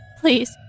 Please